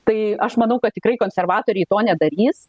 tai aš manau kad tikrai konservatoriai to nedarys